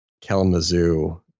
Kalamazoo